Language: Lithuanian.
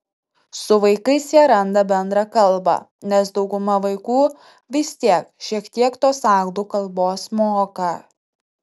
su vaikais jie randa bendrą kalbą nes dauguma vaikų vis tiek šiek tiek tos anglų kalbos moka